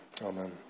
Amen